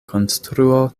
konstruo